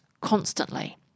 constantly